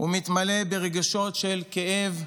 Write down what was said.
ומתמלא ברגשות כאב,